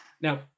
Now